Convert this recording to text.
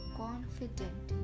confident